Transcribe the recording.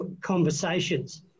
conversations